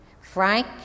Frank